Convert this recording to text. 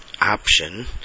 option